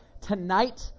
tonight